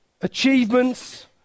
achievements